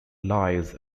lies